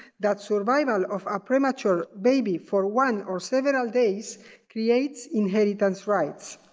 that survival of a premature baby for one or several days creates inheritance rights.